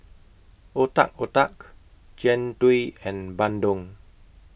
Otak Otak Jian Dui and Bandung